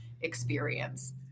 experience